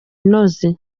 inoze